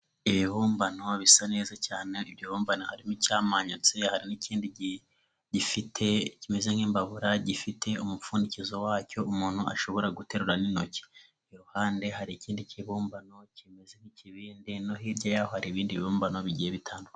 Ibibumbano bisa neza cyane, ibyo bibumbano harimo icyamanyutse, hari n'ikindi gifite kimeze nk'imbabura gifite umupfundikizo wacyo, umuntu ashobora guteruramo n'intoki, iruhande hari ikindi kibumbano kimeze nk'ikibindi, no hirya y'aho hari ibindi bimbano bigiye bitandukanye.